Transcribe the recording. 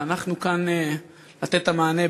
ואנחנו כאן לתת את המענה,